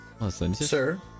sir